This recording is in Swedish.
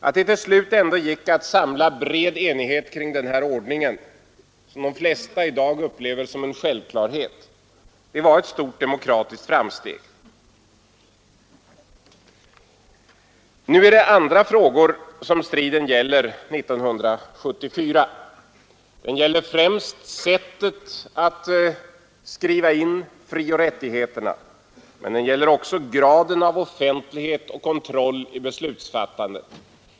Att det till slut ändå gick att samla bred enighet kring denna ordning — som de flesta i dag upplever som självklar — var ett stort demokratiskt framsteg. Nu, år 1974, gäller striden andra frågor. Den gäller främst sättet att i grundlagen skriva in frioch rättigheterna, men den gäller också graden av offentlighet och kontroll i beslutsfattandet.